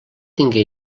tingué